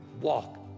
walk